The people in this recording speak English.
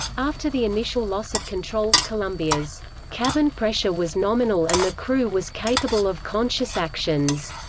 after the initial loss of control, columbia's cabin pressure was nominal and the crew was capable of conscious actions.